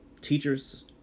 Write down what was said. teachers